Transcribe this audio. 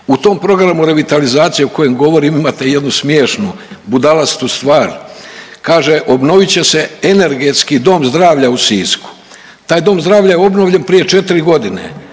U tom programu revitalizacije o kojem govorim imate jednu smiješnu budalastu stvar. Kaže obnovit će se energetski Dom zdravlja u Sisku. Taj dom zdravlja je obnovljen prije 4 godine,